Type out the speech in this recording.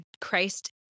Christ